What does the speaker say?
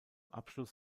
abschluss